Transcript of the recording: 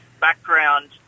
background